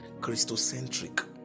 Christocentric